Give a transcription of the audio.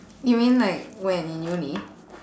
you mean like when in uni